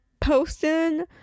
posting